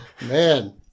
man